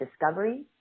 discovery